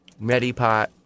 Medipot